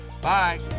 Bye